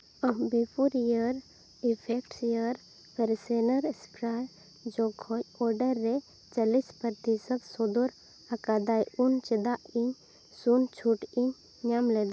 ᱟᱢᱵᱤᱯᱩᱨ air effects air freshener spray ᱡᱚᱠᱷᱚᱱ order ᱨᱮ ᱪᱚᱞᱤᱥ ᱯᱚᱛᱤᱥᱚᱛ ᱥᱚᱫᱚᱨ ᱟᱠᱟᱫᱟᱭ ᱩᱱ ᱪᱮᱫᱟᱜ ᱤᱧ ᱥᱩᱱ ᱪᱷᱩᱴ ᱤᱧ ᱧᱟᱢ ᱞᱮᱫᱟ